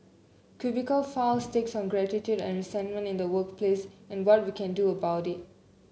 cubicle files takes on gratitude and resentment in the workplace and what we can do about it